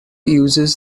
uses